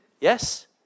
Yes